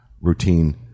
routine